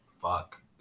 fuck